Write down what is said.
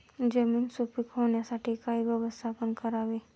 जमीन सुपीक होण्यासाठी काय व्यवस्थापन करावे?